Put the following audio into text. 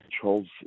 controls